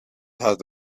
had